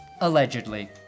allegedly